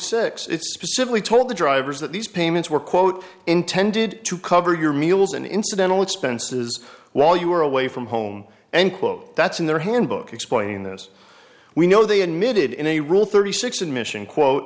specifically told the drivers that these payments were quote intended to cover your meals and incidental expenses while you were away from home and quote that's in their handbook explain those we know they admitted in a rule thirty six admission quote